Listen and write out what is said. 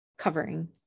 covering